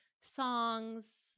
songs